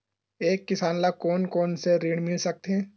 एक किसान ल कोन कोन से ऋण मिल सकथे?